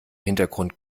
hintergrund